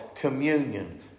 communion